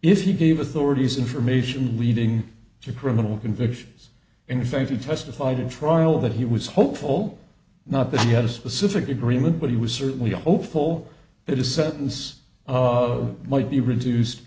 he gave authorities information leading to criminal convictions in fact he testified in trial that he was hopeful not that he had a specific agreement but he was certainly hopeful that a sentence of might be reduced